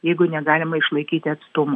jeigu negalima išlaikyti atstumų